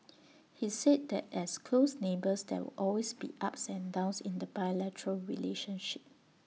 he said that as close neighbours there will always be ups and downs in the bilateral relationship